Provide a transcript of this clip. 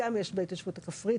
גם יש בהתיישבות הכפרית,